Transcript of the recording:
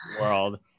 world